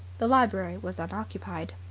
the library was unoccupied.